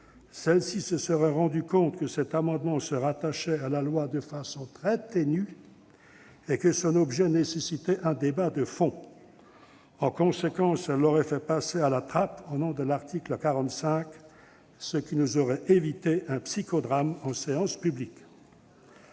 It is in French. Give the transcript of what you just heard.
celle-ci se serait rendu compte qu'il se rattachait à la loi de façon très ténue et que son objet nécessitait un débat de fond. En conséquence, elle l'aurait fait passer à la trappe au nom de l'article 45, ce qui nous aurait évité un psychodrame en séance publique.